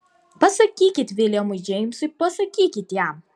pasakykit viljamui džeimsui pasakykit jam